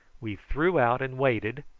we threw out and waited,